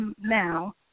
now